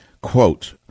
Quote